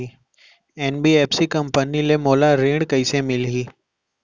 NBFC company ले मोला ऋण कइसे मिलही?